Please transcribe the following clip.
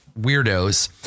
weirdos